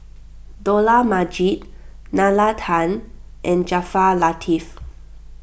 Dollah Majid Nalla Tan and Jaafar Latiff